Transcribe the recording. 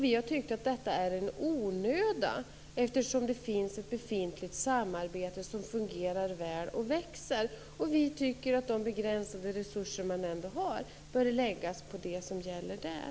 Vi har tyckt att det är onödigt eftersom det finns ett befintligt samarbete som fungerar väl och växer. Vi tycker att de begränsade resurser man ända har borde läggas på det som gäller där.